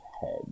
head